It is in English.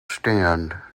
stand